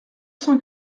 cent